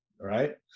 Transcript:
right